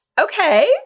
Okay